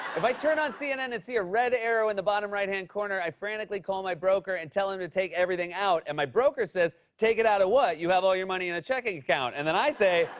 if i turn on cnn and see a red arrow in the bottom right-hand corner, i frantically call my broker and tell him to take everything out. and my broker says, take it out of what? you have all your money in a checking account, and then i say,